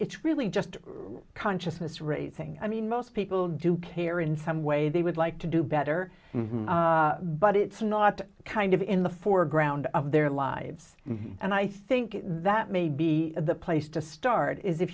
it's really just consciousness raising i mean most people do care in some way they would like to do better but it's not kind of in the foreground of their lives and i think that may be the place to start is if